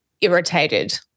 irritated